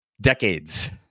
decades